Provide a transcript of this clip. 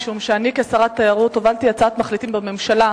משום שאני כשרת התיירות הובלתי הצעת מחליטים בממשלה.